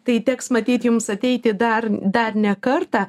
tai teks matyt jums ateiti dar dar ne kartą